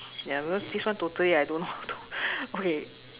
ya because this one I totally don't know how to okay